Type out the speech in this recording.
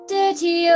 Dirty